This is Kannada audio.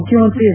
ಮುಖ್ಯಮಂತ್ರಿ ಎಚ್